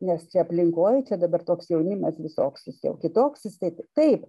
nes čia aplinkoj čia dabar toks jaunimas visoks jis jau kitoks jis taip taip